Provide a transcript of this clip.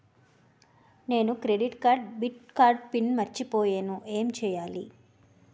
నేను credit card debit card PIN మర్చిపోయేను ఎం చెయ్యాలి?